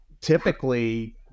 typically